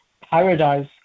paradise